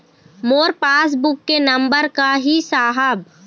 मोर passbook के number का ही साहब?